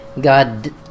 God